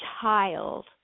child